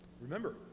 Remember